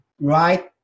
right